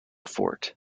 fort